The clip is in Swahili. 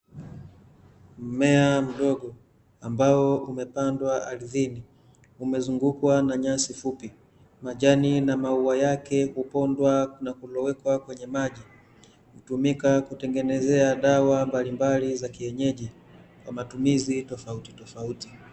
Mmea mdogo, ambao umepandwa ardhini, umezungukwa na nyasi fupi, majani na maua yake hupondwa na kulowekwa kwenye maji, hutumika kutengenezea dawa mbalimbali za kienyeji, kwa matumizi tofauti tofauti.